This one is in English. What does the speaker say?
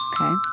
okay